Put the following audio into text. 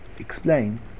explains